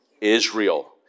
Israel